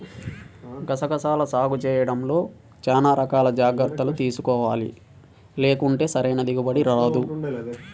గసగసాల సాగు చేయడంలో చానా రకాల జాగర్తలు తీసుకోవాలి, లేకుంటే సరైన దిగుబడి రాదు